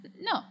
No